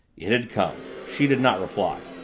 it had come! she did not reply.